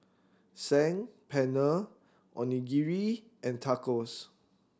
Saag Paneer Onigiri and Tacos